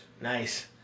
Nice